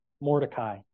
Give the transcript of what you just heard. Mordecai